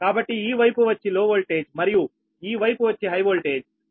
కాబట్టి ఈ వైపు వచ్చి లో వోల్టేజ్ మరియు ఈ వైపు వచ్చి హై వోల్టేజ్